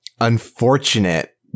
unfortunate